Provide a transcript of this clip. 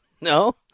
No